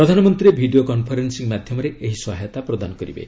ପ୍ରଧାନମନ୍ତ୍ରୀ video conferencing ମାଧ୍ୟମରେ ଏହି ସହାୟତା ପ୍ରଦାନ କରିବେ